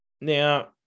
Now